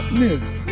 nigga